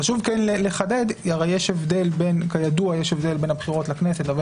חשוב לחדד שכידוע יש הבדל בין הבחירות לכנסת לבין